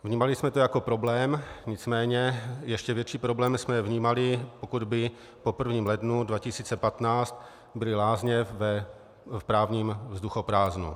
Vnímali jsme to jako problém, nicméně ještě větší problém jsme vnímali, pokud by po 1. lednu 2015 byly lázně v právním vzduchoprázdnu.